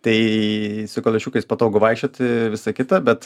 tai su kaliošiukais patogu vaikščioti visa kita bet